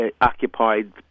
occupied